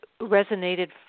resonated